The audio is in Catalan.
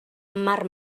mar